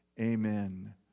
Amen